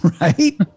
Right